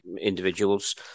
individuals